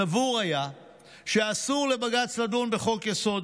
סבור היה שאסור לבג"ץ לדון בחוק-יסוד,